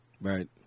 right